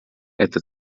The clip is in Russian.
эта